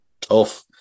tough